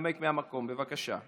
שינמק מהמקום, בבקשה.